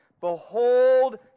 Behold